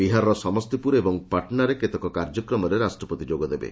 ବିହାରର ସମସ୍ତିପୁର ଓ ପାଟନାରେ କେତେକ କାର୍ଯ୍ୟକ୍ରମରେ ରାଷ୍ଟ୍ରପତି ଯୋଗଦେବେ